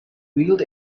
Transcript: wheeled